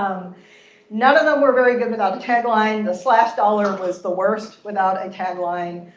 none of them were really good without a tagline. the slash dollar was the worst without a tag line.